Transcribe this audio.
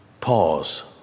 pause